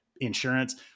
insurance